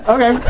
Okay